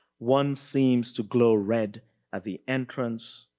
one seems to glow red at the entrance.